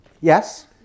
Yes